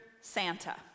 Santa